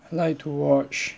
I like to watch